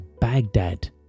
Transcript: Baghdad